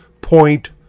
point